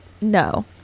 no